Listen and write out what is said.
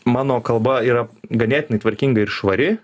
mano kalba yra ganėtinai tvarkinga ir švari